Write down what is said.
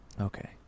Okay